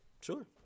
sure